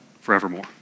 forevermore